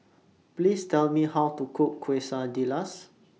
Please Tell Me How to Cook Quesadillas